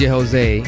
Jose